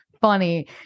funny